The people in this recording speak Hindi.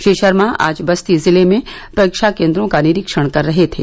श्री शर्मा आज बस्ती जिले में परीक्षा केंद्रों का निरीक्षण कर रहे थे